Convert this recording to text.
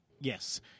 Yes